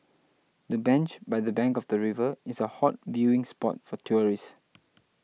the bench by the bank of the river is a hot viewing spot for tourists